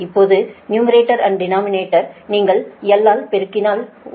இப்போது numerator and டினாமினேடரை நீங்கள் l ஆல் பெருக்கினால் ylyl